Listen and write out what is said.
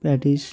patties